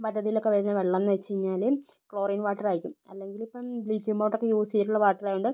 പദ്ധതി ഇതിലൊക്കെ ഉള്ള വെള്ളം എന്ന് വെച്ചഴിഞ്ഞാല് ക്ലോറിൻ വാട്ടർ ആയിരിക്കും അല്ലെങ്കിൽ ഇപ്പം ബ്ലീച്ചിങ്ങ് പൗഡർ ഒക്കെ യൂസ് ചെയ്തുകൊണ്ടുള്ള വാട്ടർ ആയതോണ്ട്